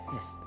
Yes